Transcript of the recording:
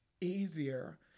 easier